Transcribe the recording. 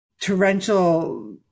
torrential